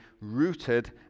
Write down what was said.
rooted